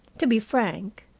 to be frank,